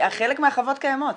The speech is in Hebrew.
-- חלק מהחוות קיימות.